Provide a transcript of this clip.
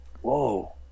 Whoa